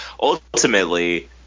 ultimately